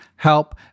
help